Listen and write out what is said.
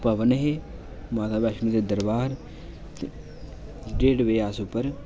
भवन हे माता बैश्णों दे दरबार डेढ़ बजे अस उप्पर